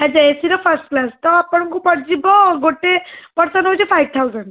ଆଚ୍ଛା ଏସିର first class ତ ଆପଣଙ୍କୁ ପଡ଼ିଯିବ ଗୋଟେ ପର୍ସନ୍ ହେଉଛି ଫାଇଭ୍ ଥାଉଜେଣ୍ଟ୍